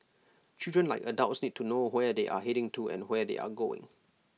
children like adults need to know where they are heading to and where they are going